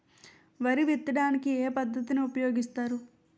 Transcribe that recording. వరి విత్తడానికి ఏ పద్ధతిని ఉపయోగిస్తారు?